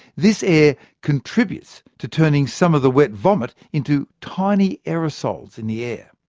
this air contributes to turning some of the wet vomit into tiny aerosols in the air.